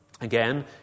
Again